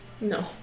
No